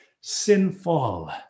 sinful